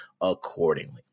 accordingly